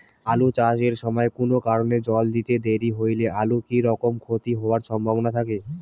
আলু চাষ এর সময় কুনো কারণে জল দিতে দেরি হইলে আলুর কি রকম ক্ষতি হবার সম্ভবনা থাকে?